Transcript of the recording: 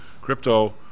crypto